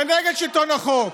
ונגד שלטון החוק.